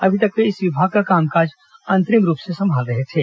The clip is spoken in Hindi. अभी तक वे इस विभाग का कामकाज अंतरिम रूप से संभाल रहे थे